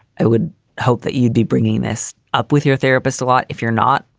i would hope that you'd be bringing this up with your therapist a lot if you're not.